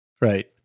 Right